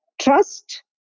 trust